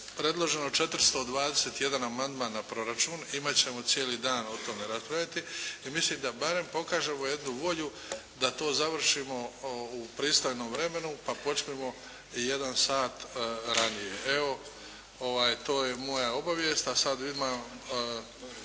predloženo 421 amandman na proračun, imati ćemo cijeli dan o tome raspraviti i mislim da barem pokažemo jednu volju da to završimo u pristojnom vremenu pa počnemo jedan sat ranije. Evo to je moja obavijest, a sada ima